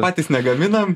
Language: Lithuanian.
patys negaminam